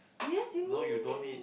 yes you need